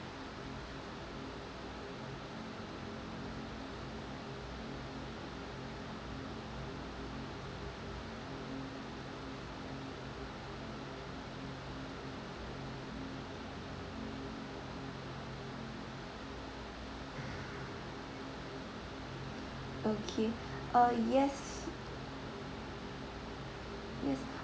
okay uh yes yes